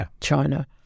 China